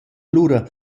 lura